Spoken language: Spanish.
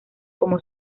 como